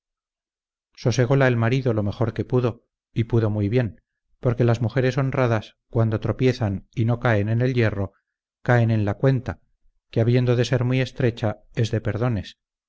sosegola el marido lo mejor que pudo y pudo muy bien porque las mujeres honradas cuando tropiezan y no caen en el yerro caen en la cuenta que habiendo de ser muy estrecha es de perdones